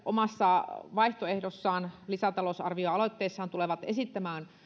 omassa vaihtoehdossaan lisätalousarvioaloitteessaan esittämään